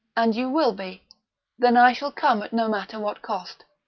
and you will be then i shall come at no matter what cost.